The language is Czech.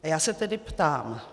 A já se tedy ptám: